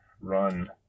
run